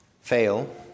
fail